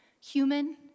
human